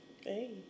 Hey